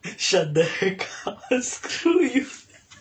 shut the heck up screw you